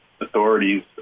authorities